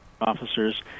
officers